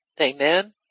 Amen